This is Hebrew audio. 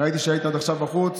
ראיתי שהיית עד עכשיו בחוץ.